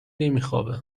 نمیخوابه